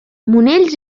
monells